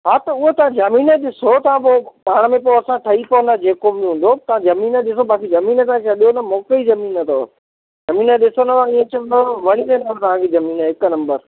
हा त उहा त ज़मीन ॾिसो त पोइ पाण में पोइ असां ठही पवंदा जेको बि हूंदो तव्हां ज़मीन ॾिसो बाक़ी ज़मीन सां छाहे न मोकल ज़मीन अथव ज़मीन ॾिसंदो ईअं चवंदो वणी वेंदी तव्हां खे ज़मीन हिकु नंबर